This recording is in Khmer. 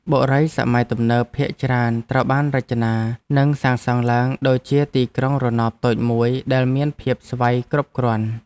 បុរីសម័យទំនើបភាគច្រើនត្រូវបានរចនានិងសាងសង់ឡើងដូចជាទីក្រុងរណបតូចមួយដែលមានភាពស្វ័យគ្រប់គ្រាន់។